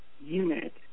unit